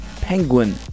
Penguin